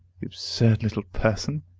the absurd little person?